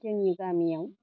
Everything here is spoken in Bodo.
जोंनि गामियाव